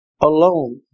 alone